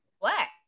black